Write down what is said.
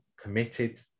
committed